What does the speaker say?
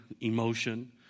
emotion